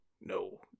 no